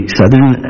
southern